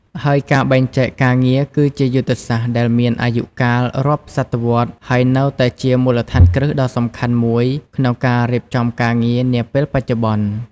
ហើយការបែងចែកការងារគឺជាយុទ្ធសាស្ត្រដែលមានអាយុកាលរាប់សតវត្សរ៍ ហើយនៅតែជាមូលដ្ឋានគ្រឹះដ៏សំខាន់មួយក្នុងការរៀបចំការងារនាពេលបច្ចុប្បន្ន។